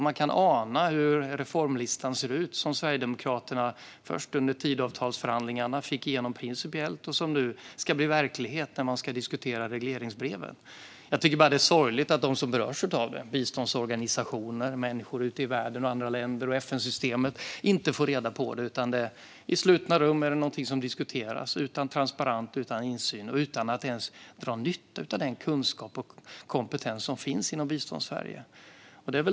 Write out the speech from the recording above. Man kan ana hur reformlistan ser ut, som Sverigedemokraterna först principiellt fick igenom under Tidöavtalsförhandlingarna och som nu ska bli verklighet när man ska diskutera regleringsbreven. Jag tycker bara att det är sorgligt att de som berörs - biståndsorganisationer, människor i andra länder ute i världen och FN-systemet - inte får reda på det. Det är något som diskuteras i slutna rum, utan transparens eller insyn och utan att man ens drar nytta av den kunskap och kompetens som finns inom Biståndssverige.